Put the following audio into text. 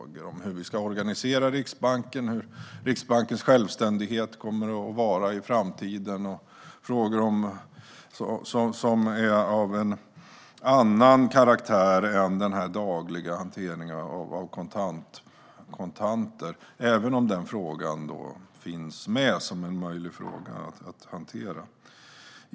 Det handlar om hur vi ska organisera Riksbanken, hur Riksbankens självständighet kommer att vara i framtiden och om frågor som är av en annan karaktär än frågan om daglig hantering av kontanter, även om den frågan också finns med bland de ämnen som är möjliga att ta upp.